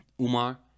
umar